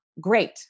Great